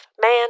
man